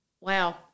wow